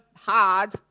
hard